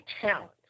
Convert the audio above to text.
talent